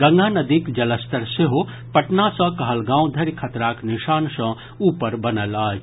गंगा नदीक जलस्तर सेहो पटना सँ कहलगांव धरि खतराक निशान सँ ऊपर बनल अछि